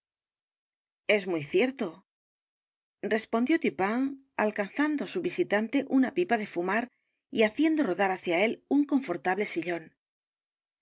es muy cierto respondió duplí alcanzando á su visitante una pipa de fumar y haciendo rodar hacia él un confortable sillón y